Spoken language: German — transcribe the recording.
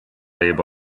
new